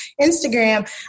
Instagram